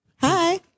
Hi